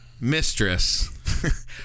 mistress